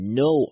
no